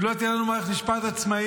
אם לא תהיה לנו מערכת משפט עצמאית,